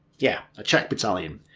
yeah a czech battalion.